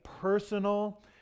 personal